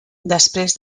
després